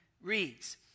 reads